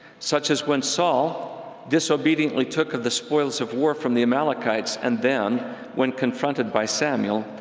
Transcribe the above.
such as when saul disobediently took of the spoils of war from the amalekites, and then when confronted by samuel,